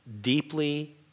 deeply